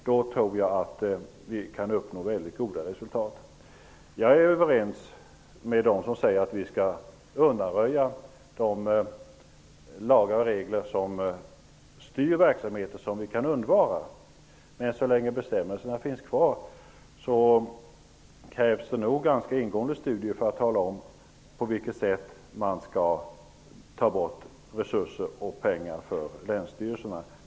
Då tror jag att vi kan uppnå goda resultat. Jag är överens med dem som säger att vi skall undanröja de lagar och regler som kan undvaras för att styra verksamheter. Men så länge bestämmelserna finns kvar krävs det nog ganska ingående studier för att tala om på vilket sätt man skall minska resurser och pengar för länsstyrelserna.